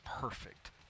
perfect